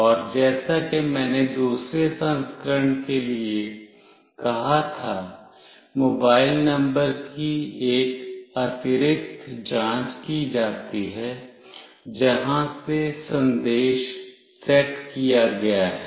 और जैसा कि मैंने दूसरे संस्करण के लिए कहा था मोबाइल नंबर की एक अतिरिक्त जांच की जाती है जहां से संदेश सेट किया गया है